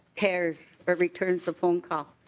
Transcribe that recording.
cares or returns a phone call.